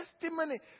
testimony